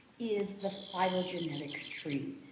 is the phylogenetic tree.